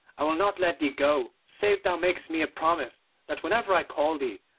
i will not let thee go save thou makest me a promise that whenever i call thee,